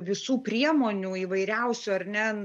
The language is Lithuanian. visų priemonių įvairiausių ar ne